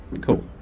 Cool